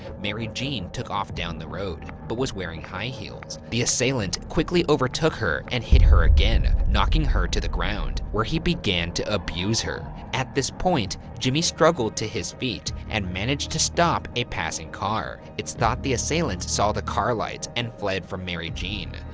mary jeanne took off down the road, but was wearing high heels. the assailant quickly overtook her and hit her again, knocking her to the ground, where he began to abuse her. at this point, jimmy struggled to his feet and managed to stop a passing car. it's thought the assailant saw the car lights and fled from mary jeanne.